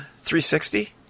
360